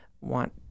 want